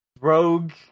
rogue